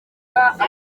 mwaka